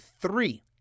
three